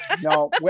no